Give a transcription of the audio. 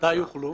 למתי יוכלו?